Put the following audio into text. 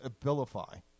Abilify